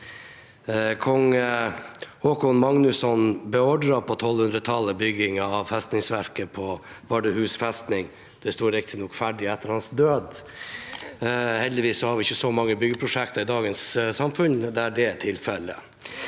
Kong Håkon 5. Magnusson beordret på 1200-tallet byggingen av festningsverket på Vardøhus. Det sto riktignok ferdig etter hans død. Heldigvis har vi ikke så mange byggeprosjekter i dagens samfunn der det er tilfellet,